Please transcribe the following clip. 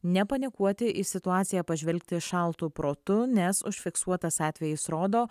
nepanikuoti į situaciją pažvelgti šaltu protu nes užfiksuotas atvejis rodo